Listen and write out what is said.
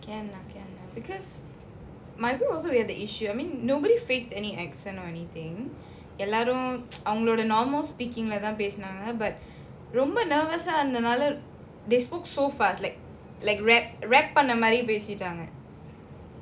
can lah because my group also we had the issue I mean nobody faked any accent or anything எல்லோரும்அவங்களோட:ellorum avangaloda normal speaking lah தான்பேசுனாங்க:than pesunanga but ரொம்ப:romba nervous ah இருந்ததால:irunthathala they spoke so fast like like rap rap மாதிரிபேசிட்டாங்க:madhiri pesitanga